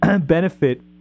benefit